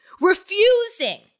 Refusing